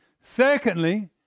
Secondly